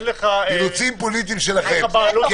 אין לך בעלות על ההיגיון.